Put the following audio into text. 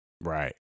Right